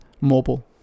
mobile